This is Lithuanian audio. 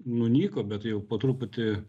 nunyko bet jau po truputį